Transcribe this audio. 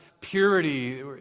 purity